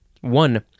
One